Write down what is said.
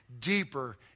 deeper